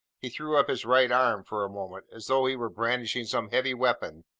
he threw up his right arm, for a moment, as though he were brandishing some heavy weapon,